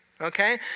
okay